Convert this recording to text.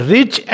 Rich